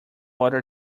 order